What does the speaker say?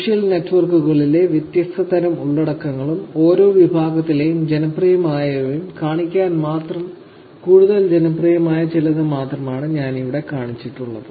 social നെറ്റ്വർക്കുകളിലെ വ്യത്യസ്ത തരം ഉള്ളടക്കങ്ങളും ഓരോ വിഭാഗത്തിലെയും ജനപ്രിയമായവയും കാണിക്കാൻ മാത്രം കൂടുതൽ ജനപ്രിയമായ ചിലത് മാത്രമാണ് ഞാൻ ഇവിടെ കാണിചിട്ടുള്ളത്